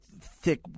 thick